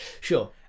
Sure